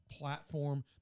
platform